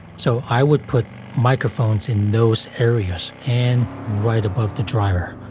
so i would put microphones in those areas, and right above the driver.